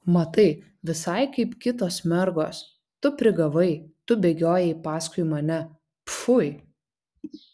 matai visai kaip kitos mergos tu prigavai tu bėgiojai paskui mane pfui